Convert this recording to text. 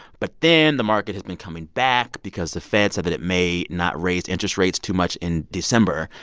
but then, the market has been coming back because the fed said that it may not raise interest rates too much in december.